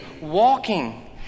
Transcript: walking